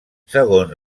segons